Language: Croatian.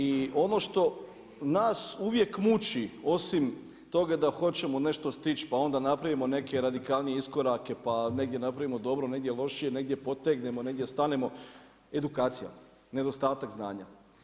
I ono što nas uvijek muči, osim toga, da hoćemo nešto stići, pa onda napravimo neke radikalnije iskorake, pa negdje napravimo dobro, negdje lošije, negdje potegnemo, negdje stanemo, edukacija, nedostatak znanja.